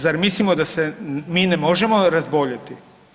Zar mislimo da se mi ne možemo razboljeti?